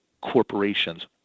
corporations